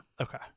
Okay